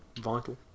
vital